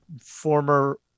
former